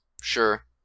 Sure